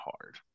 hard